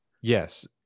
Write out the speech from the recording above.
Yes